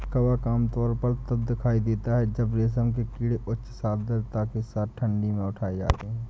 कवक आमतौर पर तब दिखाई देता है जब रेशम के कीड़े उच्च आर्द्रता के साथ ठंडी में उठाए जाते हैं